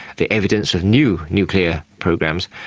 the evidence of new nuclear programs,